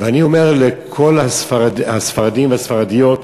ואני אומר לכל הספרדים והספרדיות: